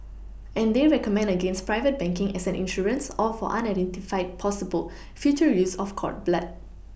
and they recommend against private banking as an insurance or for unidentified possible future use of cord blood